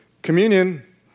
Communion